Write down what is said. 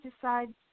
decide